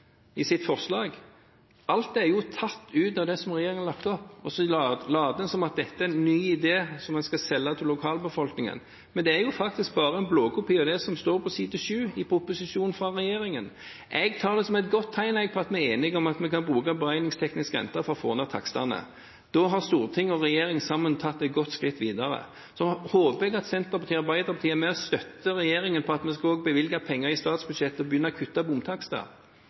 alt er tatt fra det som regjeringen har lagt opp til. En later som om dette er en ny idé, som en skal selge til lokalbefolkningen, men det er faktisk bare en blåkopi av det som står på side 7 i proposisjonen fra regjeringen. Jeg tar det som et godt tegn på at vi er enige om at vi kan bruke beregningsteknisk rente for å få ned takstene. Da har storting og regjering sammen tatt et godt skritt videre. Jeg håper at Senterpartiet og Arbeiderpartiet er med og støtter regjeringen i at vi også skal bevilge penger over statsbudsjettet og begynne å kutte bomtakster.